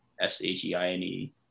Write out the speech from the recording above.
S-H-E-I-N-E